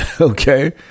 Okay